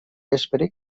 vespre